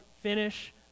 finish